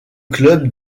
club